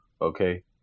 Okay